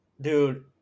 Dude